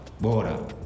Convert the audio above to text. Bora